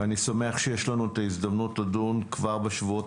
אני שמח שיש לנו את ההזדמנות לדון כבר בשבועות